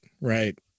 right